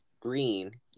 Green